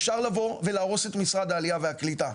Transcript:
אפשר לבוא ולהרוס את משרד העלייה והקליטה.